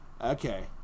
Okay